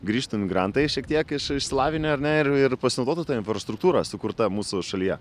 grįžtų emigrantai šiek tiek iš išsilavinę ar ne ir ir pasinaudotų ta infrastruktūra sukurta mūsų šalyje